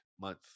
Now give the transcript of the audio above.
month